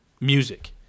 music